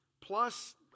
Plus